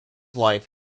life